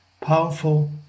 powerful